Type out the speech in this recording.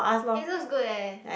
it looks good leh